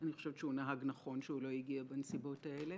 אני חושבת שהוא נהג נכון שהוא לא הגיע בנסיבות האלה.